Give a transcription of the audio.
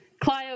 Clio